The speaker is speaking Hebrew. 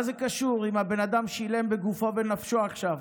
מה זה קשור, אם הבן אדם שילם בגופו ובנפשו עכשיו,